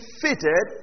fitted